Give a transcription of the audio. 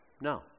No